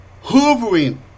hovering